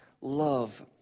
love